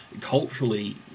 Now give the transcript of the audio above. culturally